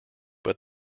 but